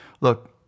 Look